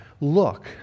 look